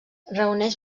reuneix